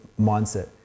mindset